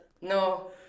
no